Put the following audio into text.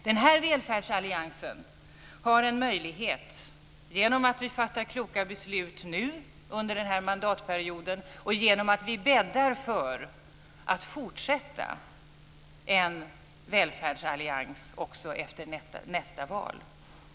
Den här välfärdsalliansen har en möjlighet genom att vi fattar kloka beslut nu under denna mandatperiod och genom att vi bäddar för att fortsätta en välfärdsallians också efter nästa val.